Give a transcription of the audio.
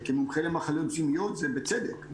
וכמומחה למחלות זיהומיות זה בצדק.